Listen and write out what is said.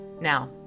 Now